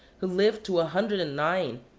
who lived to a hundred and nine,